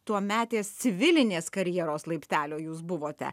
tuometės civilinės karjeros laiptelio jūs buvote